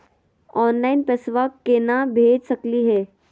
Online पैसवा केना भेज सकली हे?